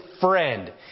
friend